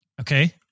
okay